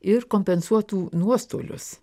ir kompensuotų nuostolius